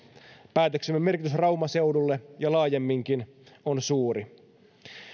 päätöksemme merkitys rauman seudulle ja laajemminkin on suuri